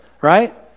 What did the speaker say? right